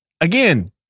Again